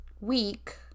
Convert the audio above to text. week